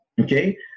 Okay